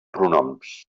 pronoms